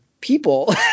people